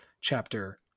chapter